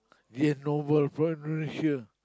ya novel from Indonesia